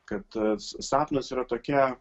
kad sapnas yra tokia